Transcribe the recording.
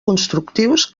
constructius